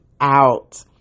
out